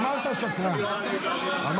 אמרת "שקרן".